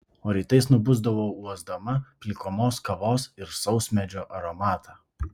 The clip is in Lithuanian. o rytais nubusdavau uosdama plikomos kavos ir sausmedžio aromatą